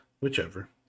Whichever